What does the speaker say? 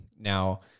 Now